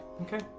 Okay